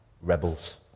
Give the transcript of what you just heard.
rebels